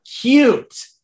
cute